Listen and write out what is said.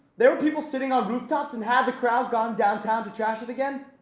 there were people sitting on rooftops and, had the crowd gone downtown to trash it again,